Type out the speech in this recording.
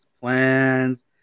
plans